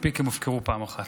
מספיק שהם הופקרו פעם אחת.